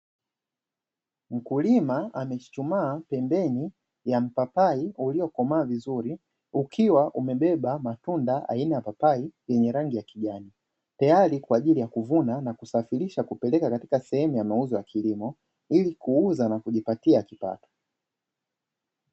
Mkulima amechuchumaa pembeni ya mpapai uliokomaa vizuri ukiwa umebeba matunda aina ya papai yenye rangi ya kijani, tayari kwa ajili ya kuvuna na kusafirisha kupeleka katika sehemu ya mauzo ya kilimo ili kuuza na kujipatia kipato.